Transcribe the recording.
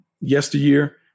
yesteryear